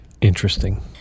Interesting